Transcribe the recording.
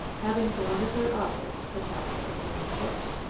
having for one of their objects the capture of further ships.